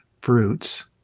fruits